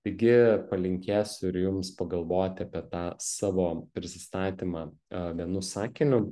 taigi palinkėsiu ir jums pagalvoti apie tą savo prisistatymą a vienu sakiniu